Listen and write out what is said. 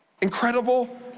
Incredible